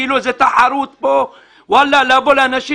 כאילו איזו תחרות יש פה לבוא לאנשים.